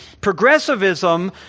progressivism